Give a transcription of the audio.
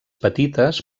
petites